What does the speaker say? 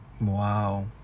Wow